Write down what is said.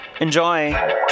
Enjoy